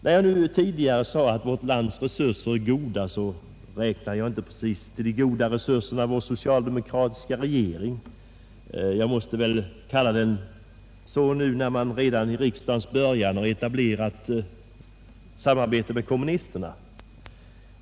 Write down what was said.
När jag tidigare sade att vårt lands resurser är goda räknade jag inte till de goda resurserna vår socialdemokratiska regering — jag måste väl kalla den så nu när man redan i riksdagens början har etablerat samarbete med kommunisterna.